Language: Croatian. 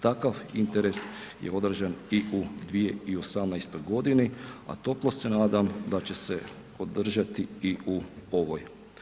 Takav interes je odrađen i u 2018. godini a toplo se nadam da će se održati i u ovoj.